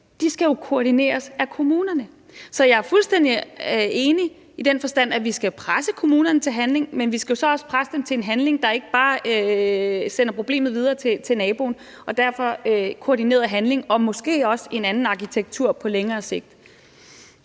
af, skal koordineres af kommunerne. Jeg er fuldstændig enig i den forstand, at vi skal presse kommunerne til handling, men vi skal jo så også presse dem til en handling, der ikke bare sender problemet videre til naboen. Derfor er der behov for koordineret handling og måske også en anden arkitektur på længere sigt.